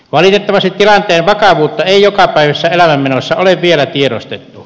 valitettavasti tilanteen vakavuutta ei jokapäiväisessä elämänmenossa ole vielä tiedostettu